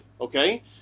okay